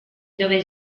dove